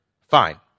Fine